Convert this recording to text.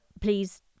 please